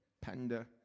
Panda